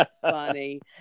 funny